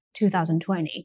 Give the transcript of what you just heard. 2020